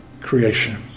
creation